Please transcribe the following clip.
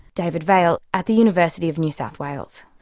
david vaile at the university of new south wales.